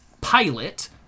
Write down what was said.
Pilot